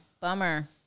bummer